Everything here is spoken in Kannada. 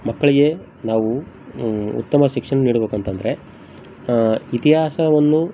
ಮಕ್ಕಳಿಗೆ ನಾವು ಉತ್ತಮ ಶಿಕ್ಷಣ ನೀಡ್ಬೇಕಂತಂದ್ರೆ ಇತಿಹಾಸವನ್ನು